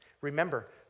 Remember